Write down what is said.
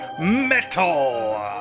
Metal